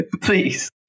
Please